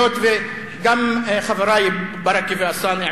היות שגם חברי ברכה ואלסאנע,